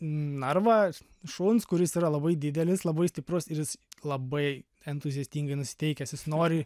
narvą šuns kuris yra labai didelis labai stiprus ir jis labai entuziastingai nusiteikęs jis nori